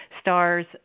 stars